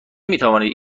میتوانید